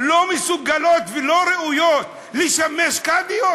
לא מסוגלות ולא ראויות לשמש קאדיות?